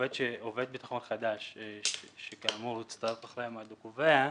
שעובד ביטחון חדש שכאמור הצטרף אחרי המועד הקובע,